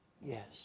Yes